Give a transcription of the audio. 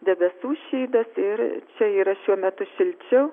debesų šydas ir čia yra šiuo metu šilčiau